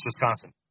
Wisconsin